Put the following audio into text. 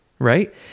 right